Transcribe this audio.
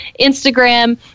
Instagram